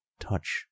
touch